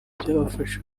byabafasha